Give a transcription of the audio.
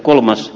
kolmas